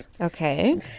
Okay